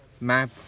map